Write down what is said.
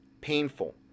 painful